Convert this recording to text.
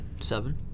Seven